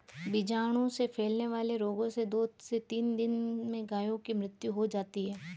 बीजाणु से फैलने वाले रोगों से दो से तीन दिन में गायों की मृत्यु हो जाती है